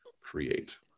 create